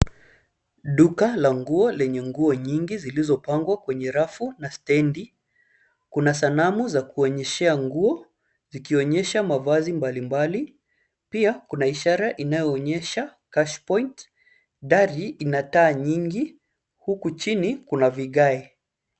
Duka la nguo lenye nguo nyingi zilizopangwa kwenye rafu na stendi. Kuna sanamu za kuonyeshea nguo zikionyesha mavazi mbalimbali. Pia, kuna ishara inayoonyesha cash point. Dari ina taa nyingi huku chini kuna vigae.